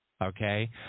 okay